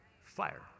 fire